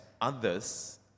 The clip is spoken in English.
others